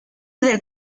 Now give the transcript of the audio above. del